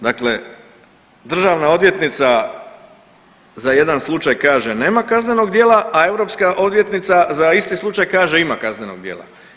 Dakle, državna odvjetnica za jedan slučaj kaže nema kaznenog djela, a europska odvjetnica za isti slučaj kaže ima kaznenog djela.